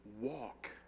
walk